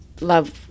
love